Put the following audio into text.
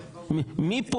מי פה